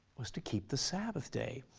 was to keep the sabbath day.